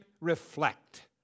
reflect